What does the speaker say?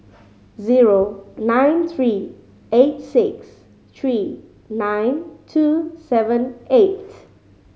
zero nine three eight six three nine two seven eight